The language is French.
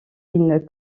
une